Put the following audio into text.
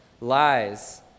lies